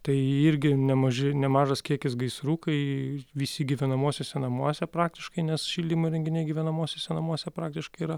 tai irgi nemaži nemažas kiekis gaisrų kai visi gyvenamuosiuose namuose praktiškai nes šildymo įrenginiai gyvenamuosiuose namuose praktiškai yra